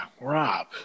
Rob